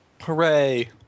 Hooray